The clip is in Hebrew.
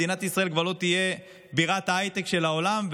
מדינת ישראל כבר לא תהיה בירת ההייטק של העולם,